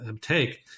take